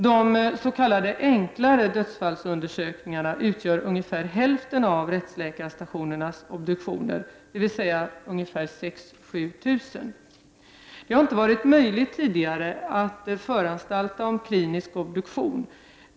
De s.k. enklare dödsfallsundersökningarna utgör ungefär hälften av rättsläkarstationernas obduktioner, dvs. ungefär 6 000—-7 000. Det har inte varit möjligt tidigare att föranstalta om klinisk obduktion.